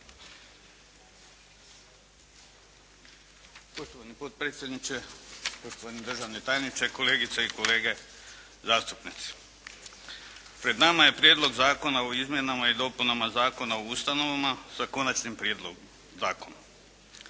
Poštovani potpredsjedniče, poštovani državni tajniče, kolegice i kolege zastupnici! Pred nama je Prijedlog zakona o izmjenama i dopunama Zakona o ustanovama s konačnim prijedlogom zakona.